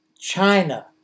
China